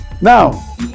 now